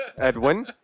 Edwin